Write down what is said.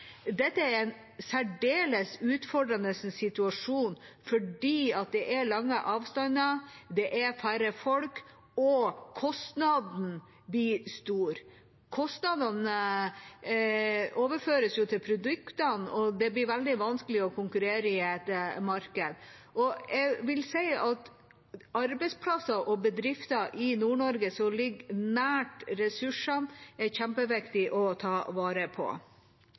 Dette er en særdeles utfordrende situasjon fordi det er lange avstander, det er færre folk, og kostnaden blir stor. Kostnadene overføres til produktene, og det blir veldig vanskelig å konkurrere i et marked. Jeg vil si at arbeidsplasser og bedrifter i Nord-Norge som ligger nær ressursene, er det kjempeviktig å ta vare på.